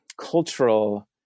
cultural